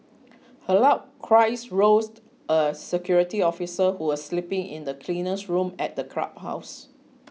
her loud cries roused a security officer who was sleeping in the cleaner's room at the clubhouse